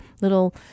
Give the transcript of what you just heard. little